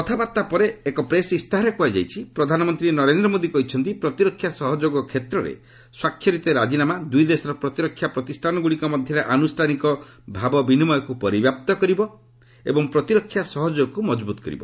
କଥାବାର୍ତ୍ତା ପରେ ଏକ ପ୍ରେସ୍ ଇସ୍ତାହାରରେ କୁହାଯାଇଛି ପ୍ରଧାନମନ୍ତ୍ରୀ ନରେନ୍ଦ୍ର ମୋଦି କହିଛନ୍ତି ପ୍ରତିରକ୍ଷା ସହଯୋଗ କ୍ଷେତ୍ରରେ ସ୍ୱାକ୍ଷରିତ ରାଜିନାମା ଦୂଇ ଦେଶର ପ୍ରତିରକ୍ଷା ପ୍ରତିଷ୍ଠାନଗୁଡ଼ିକ ମଧ୍ୟରେ ଆନୁଷ୍ଠାନିକ ଭାବବିନିମୟକୁ ପରିବ୍ୟାପ୍ତ କରିବ ଏବଂ ପ୍ରତିରକ୍ଷା ସହଯୋଗକୁ ମଜବୁତ୍ କରିବ